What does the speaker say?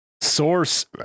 source